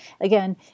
again